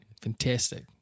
Fantastic